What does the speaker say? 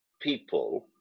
people